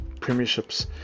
premierships